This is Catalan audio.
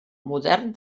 modern